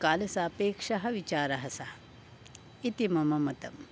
कालसापेक्षः विचारः सः इति मम मतम्